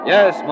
Yes